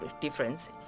difference